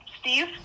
Steve